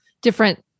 different